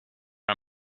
are